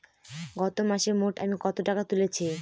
গত মাসে মোট আমি কত টাকা তুলেছি?